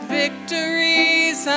victories